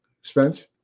Spence